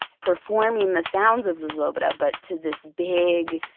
performing the sounds of zozobra but to this big,